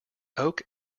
oak